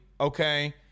okay